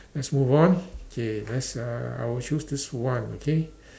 let's move on okay let's uh I will choose this one okay